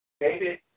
David